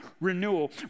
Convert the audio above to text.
renewal